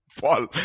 Paul